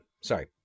sorry